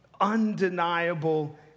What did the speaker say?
undeniable